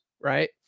right